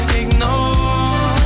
ignore